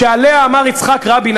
שעליה אמר יצחק רבין,